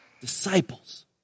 disciples